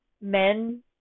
men